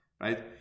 right